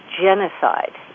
genocide